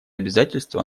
обязательства